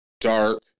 dark